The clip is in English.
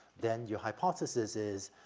then your hypothesis is,